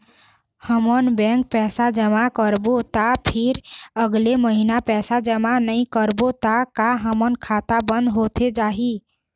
हमन बैंक पैसा जमा करबो ता फिर अगले महीना पैसा जमा नई करबो ता का हमर खाता बंद होथे जाही?